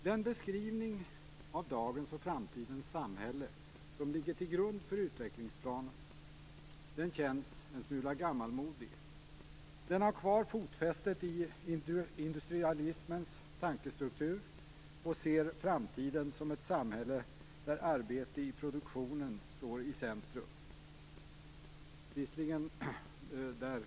Den beskrivning av dagens och framtidens samhälle som ligger till grund för utvecklingsplanen känns en smula gammalmodig. Den har kvar fotfästet i industrialismens tankestruktur och ser framtiden som ett samhälle där arbete i produktionen står i centrum.